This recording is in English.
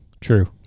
True